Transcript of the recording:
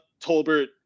Tolbert